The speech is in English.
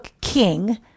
king